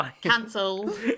Cancelled